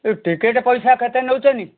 ଏ ticket ପଇସା କେତେ ନେଉଛନ୍ତି